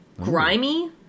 grimy